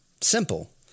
Simple